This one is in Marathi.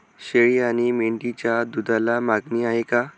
शेळी आणि मेंढीच्या दूधाला मागणी आहे का?